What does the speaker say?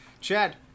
Chad